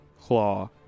claw